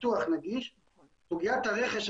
סוגיית הרכש,